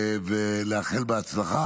ולאחל הצלחה.